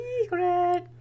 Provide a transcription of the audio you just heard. secret